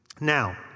Now